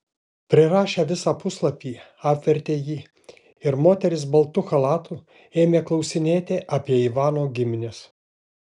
prirašę visą puslapį apvertė jį ir moteris baltu chalatu ėmė klausinėti apie ivano gimines